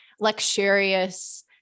luxurious